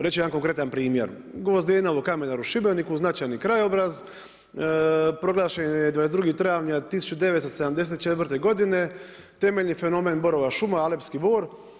Reći ću jedan konkretan primjer, Gvozdenovo-Kamenar u Šibeniku značajni krajobraz proglašen je 22. travnja 1974. godine, temeljni fenomen borova šuma, alepski bor.